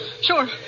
Sure